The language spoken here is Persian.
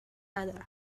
ندارم